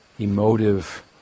emotive